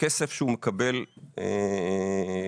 כסף שהוא מקבל לכיס.